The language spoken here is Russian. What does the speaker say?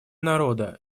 народа